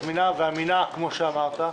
זמינה ואמינה כמו שאמרת.